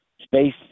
space